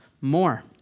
more